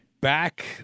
Back